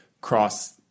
cross